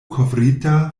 kovrita